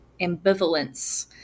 ambivalence